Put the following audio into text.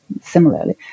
similarly